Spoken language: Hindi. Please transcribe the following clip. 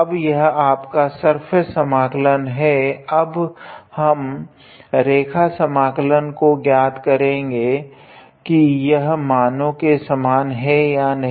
अब यह आपका सर्फेस समाकलन है अब हम रेखा समाकलन को ज्ञात करेगे की यह मानों के सामान है या नहीं